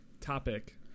topic